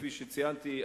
כפי שציינתי,